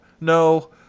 no